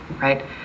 right